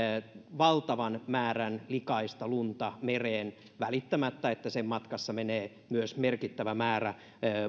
valtavan määrän likaista lunta mereen välittämättä että sen matkassa menee myös merkittävä määrä